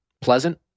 Pleasant